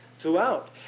throughout